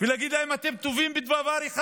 ולהגיד להם: אתם טובים בדבר אחד,